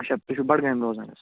اَچھا تُہۍ چھُو بَڈگامہِ روزان حظ